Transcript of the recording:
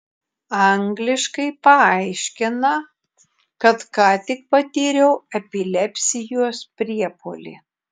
angliškai paaiškina kad ką tik patyriau epilepsijos priepuolį